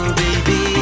baby